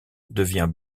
devient